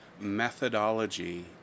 methodology